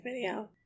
video